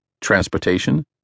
transportation